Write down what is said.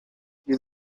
you